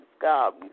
God